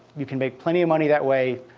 you can make plenty of money that way.